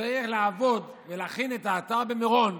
שצריך לעבוד ולהכין את האתר במירון,